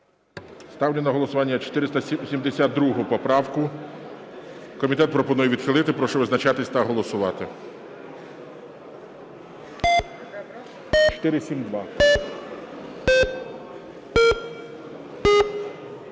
Ставлю на голосування 472 поправку. Комітет пропонує відхилити. Прошу визначатись та голосувати.